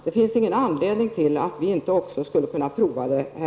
Det finns ingen anledning till att vi i Sverige inte också skulle pröva detta.